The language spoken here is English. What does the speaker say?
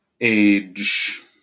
age